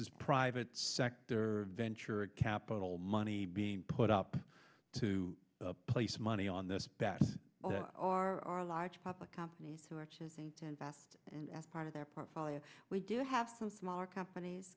is private sector venture capital money being put up to place money on this bass or a large public company who are choosing to invest and as part of their portfolio we do have some smaller companies